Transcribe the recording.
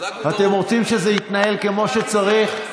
אתם רוצים שזה יתנהל כמו שצריך?